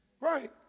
Right